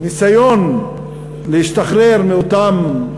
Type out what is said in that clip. מהניסיון להשתחרר מאותם